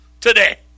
today